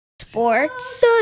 Sports